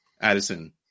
Addison